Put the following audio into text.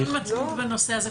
אנחנו בדיון מתמיד בנושא הזה,